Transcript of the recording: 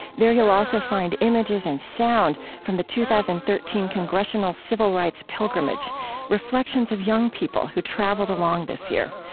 there, you'll also find images and sound from the two thousand and thirteen congressional civil rights pilgrimage reflections of young people who traveled along this year,